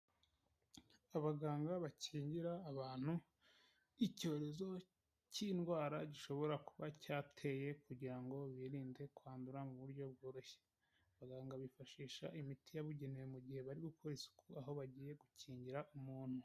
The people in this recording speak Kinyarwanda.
Abaganga bakingira abantu icyorezo cy'indwara gishobora kuba cyateye, kugira ngo birinde kwandura mu buryo bworoshye, abaganga bifashisha imiti yabugenewe mu gihe bari gukora isuku aho bagiye gukingira umuntu.